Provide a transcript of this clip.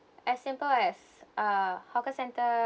as simple as a hawker centre